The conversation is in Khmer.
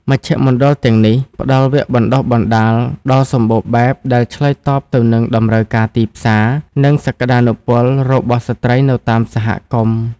មជ្ឈមណ្ឌលទាំងនេះ ផ្តល់វគ្គបណ្តុះបណ្តាលដ៏សម្បូរបែបដែលឆ្លើយតបទៅនឹងតម្រូវការទីផ្សារ និងសក្តានុពលរបស់ស្ត្រីនៅតាមសហគមន៍។